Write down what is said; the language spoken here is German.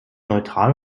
neutral